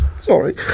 Sorry